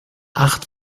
acht